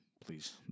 please